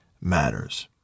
matters